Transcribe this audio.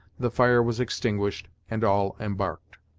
the fire was extinguished and all embarked.